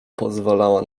pozwalała